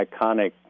iconic